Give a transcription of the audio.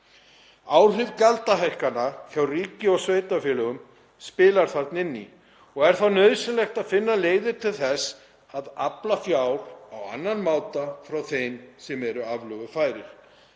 Áhrif gjaldahækkana hjá ríki og sveitarfélögum spila þarna inn í og er þá nauðsynlegt að finna leiðir til þess að afla fjár á annan máta frá þeim sem eru aflögufærir.